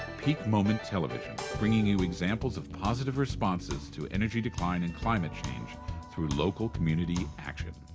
peak moment television, bringing you examples of positive responses to energy decline and climate change through local community action.